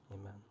amen